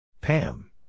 Pam